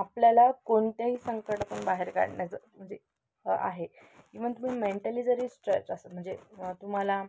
आपल्याला कोणत्याही संकटातून बाहेर काढण्याचं म्हणजे आहे इव्हन तुम्ही मेंटली जरी स्ट्रेच असाल म्हणजे तुम्हाला